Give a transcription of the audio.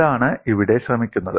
അതാണ് ഇവിടെ ശ്രമിക്കുന്നത്